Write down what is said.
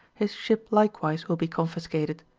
his ship likewise will be confiscatea.